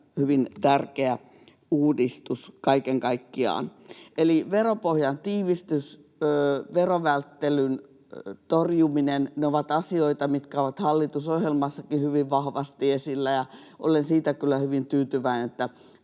hyvin tärkeä uudistus kaiken kaikkiaan. Veropohjan tiivistys ja verovälttelyn torjuminen ovat asioita, mitkä ovat hallitusohjelmassakin hyvin vahvasti esillä, ja olen siitä kyllä hyvin tyytyväinen,